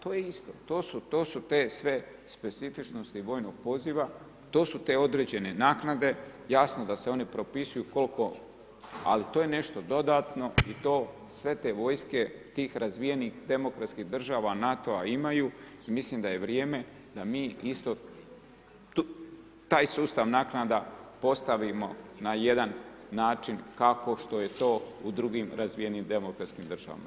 To je isto, to su sve te specifičnosti vojnog poziva, to su te određene naknade, jasno da se one propisuju koliko, ali to je nešto dodatno i to sve te vojske svih tih razvijenih demokratskih država NATO-a imaju i mislim da je vrijeme da mi isto taj sustav naknada postavimo na jedan način kako što je to u drugim razvijenim demokratskim državama.